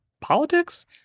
politics